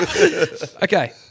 Okay